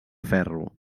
ferro